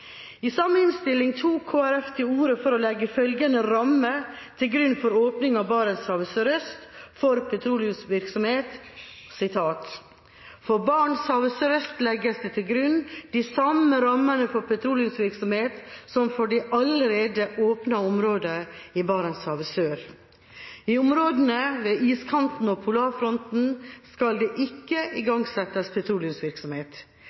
I samme innstilling tok Kristelig Folkeparti til orde for å legge følgende rammer til grunn for åpning av Barentshavet sørøst for petroleumsvirksomhet: «For Barentshavet sørøst legges det til grunn de samme rammene for petroleumsvirksomhet som for de allerede åpnede områdene i Barentshavet sør. I områdene ved iskanten og polarfronten skal det ikke